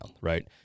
Right